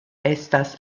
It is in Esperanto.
estas